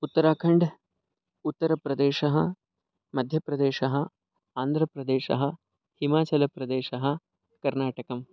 उत्तराखण्डम् उत्तरप्रदेशः मध्यप्रदेशः आन्द्रप्रदेशः हिमाचलप्रदेशः कर्नाटकं